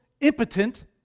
impotent